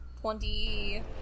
twenty